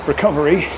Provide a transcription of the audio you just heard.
recovery